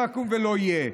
לא יקום ולא יהיה.